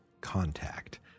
contact